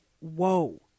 whoa